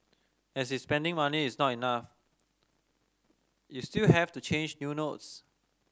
as is spending money is not enough you still have to change new notes